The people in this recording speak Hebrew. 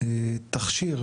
תכשיר